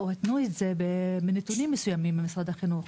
או התנו את זה בקבלת נתונים מסוימים ממשרד החינוך